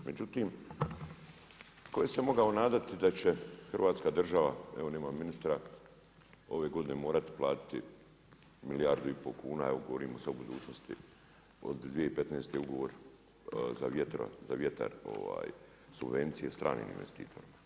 Međutim, tko se mogao nadati da će hrvatska država, evo nema ministra, ove godine morati platiti milijardu i pol kuna evo govorimo sada o budućnosti od 2015. ugovor za vjetar subvencije stranim investitorima.